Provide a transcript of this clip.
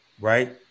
right